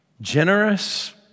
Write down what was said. generous